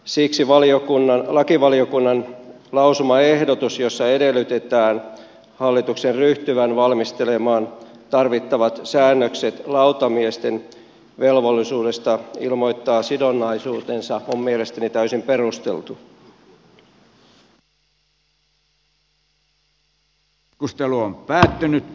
siksi lakivaliokunnan lausumaehdotus jossa edellytetään hallituksen ryhtyvän valmistelemaan tarvittavat säännökset lautamiesten velvollisuudesta ilmoittaa sidonnaisuutensa on mielestäni täysin perusteltu